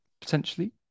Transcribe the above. potentially